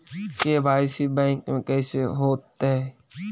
KYC bank में कैसे होतै?